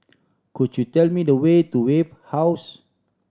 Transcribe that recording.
could you tell me the way to Wave House